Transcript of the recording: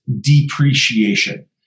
depreciation